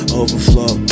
overflow